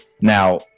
now